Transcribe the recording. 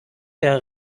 der